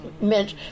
meant